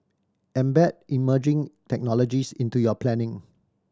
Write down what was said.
embed emerging technologies into your planning